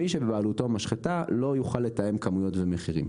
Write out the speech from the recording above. מי שבבעלותו משחטה לא יוכל לתאם כמויות ומחירים.